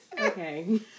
Okay